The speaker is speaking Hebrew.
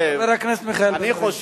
חבר הכנסת מיכאל בן-ארי.